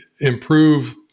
improve